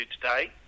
today